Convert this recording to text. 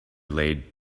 laid